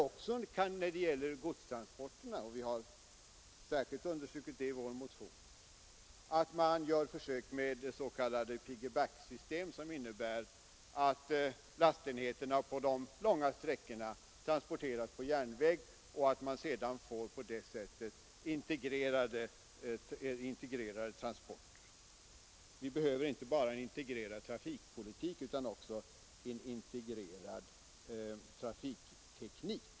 Detsamma gäller godstransporterna — vi har särskilt understrukit det i vår motion — och att man gör försök med s.k. piggy-backsystem, som innebär att lastenheterna på de långa sträckorna transporteras per järnväg sedan fortsättes på väg så att man på det sättet får integrerade transporter. Vi behöver inte bara en integrerad trafikpolitik utan också en integrerad trafikteknik.